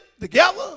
together